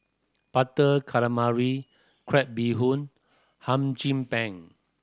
Butter Calamari crab bee hoon Hum Chim Peng